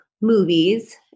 movies